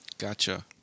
Gotcha